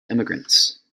immigrants